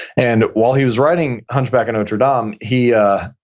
and while he was writing hunchback of notre dame, um he ah